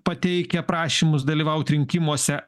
pateikia prašymus dalyvaut rinkimuose